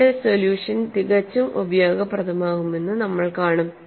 അവരുടെ സൊല്യൂഷൻ തികച്ചും ഉപയോഗപ്രദമാകുമെന്ന് നമ്മൾ കാണും